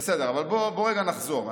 בוא רגע נחזור.